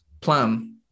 plan